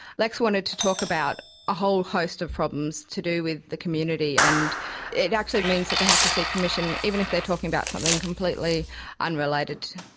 lex wanted to talk about a whole host of problems to do with the community and it actually means that they have to seek permission even if they're talking about something completely unrelated.